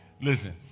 Listen